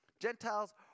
Gentiles